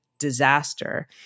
disaster